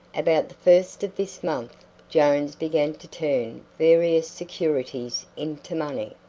about the first of this month jones began to turn various securities into money.